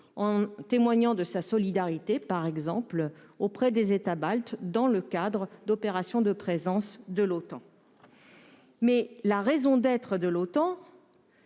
en témoignant de sa solidarité auprès des États baltes dans le cadre d'opérations de présence de l'OTAN. Toutefois, la raison d'être de l'OTAN,